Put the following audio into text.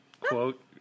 quote